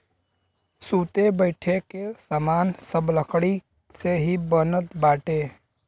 सुते बईठे के सामान सब लकड़ी से ही बनत बाटे